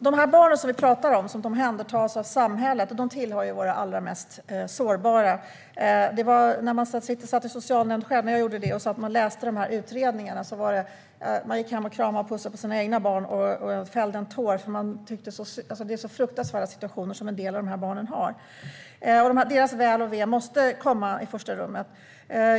De barn som vi talar om - de som omhändertas av samhället - tillhör våra allra mest sårbara. När jag själv satt i en socialnämnd och läste utredningarna gick jag sedan hem och kramade och pussade på mina egna barn och fällde en tår. Det är fruktansvärda situationer som en del av dessa barn har, och deras väl och ve måste komma i första rummet.